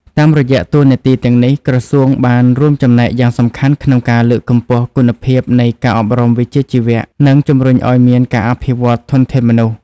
តាមរយៈតួនាទីទាំងនេះ ក្រសួងបានរួមចំណែកយ៉ាងសំខាន់ក្នុងការលើកកម្ពស់គុណភាពនៃការអប់រំវិជ្ជាជីវៈ និងជំរុញឱ្យមានការអភិវឌ្ឍធនធានមនុស្ស។